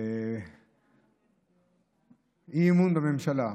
אי-אמון בממשלה,